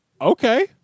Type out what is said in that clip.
okay